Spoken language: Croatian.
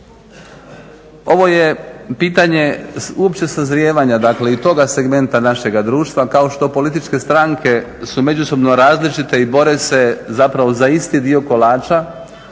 Ovo je pitanje uopće sazrijevanja dakle i toga segmenta našega društva kao što političke stranke su međusobno različite i bore se zapravo za isti dio kolača